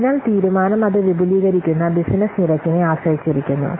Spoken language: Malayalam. അതിനാൽ തീരുമാനം അത് വിപുലീകരിക്കുന്ന ബിസിനസ്സ് നിരക്കിനെ ആശ്രയിച്ചിരിക്കുന്നു